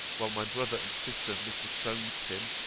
while my brother and sister mr. solmes'd him,